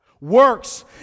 ...works